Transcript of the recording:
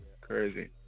Crazy